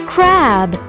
Crab